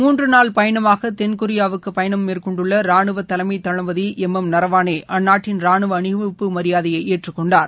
மூன்று நாள் பயணமாக தென்கொரியா வுக்கு பயணம் மேற்கொண்டுள்ள ரானுவ தலைமை தளபதி எம் எம் நரவாணே அந்நாட்டின் ராணுவ அணிவகுப்பு மரியாதையை ஏற்றுக் கொண்டார்